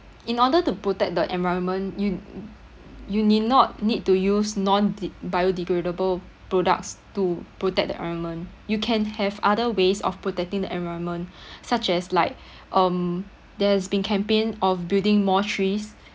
in order to protect the environment you you need not need to use non de~ biodegradable products to protect the environment you can have other ways of protecting the environment such as like um there's been campaign of building more trees